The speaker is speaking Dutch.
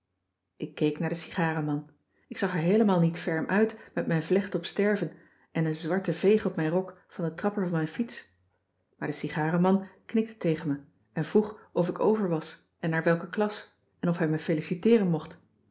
ik keek naar den sigarenman ik zag er heelemaal niet ferm uit met mijn vlecht op sterven en een zwarte veeg op mijn rok van den trapper van mijn fiets maar de sigarenman knikte tegen me en vroeg of ik over was en naar welke klas en of hij me feliciteeren mocht